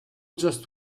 just